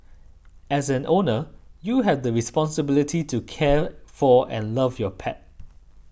as an owner you have the responsibility to care for and love your pet